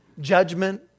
judgment